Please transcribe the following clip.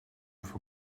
for